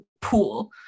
pool